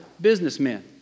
businessmen